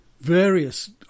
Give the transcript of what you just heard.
various